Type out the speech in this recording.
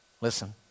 listen